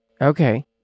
Okay